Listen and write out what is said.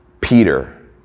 Peter